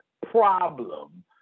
problem